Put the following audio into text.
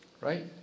Right